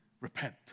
Repent